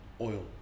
oil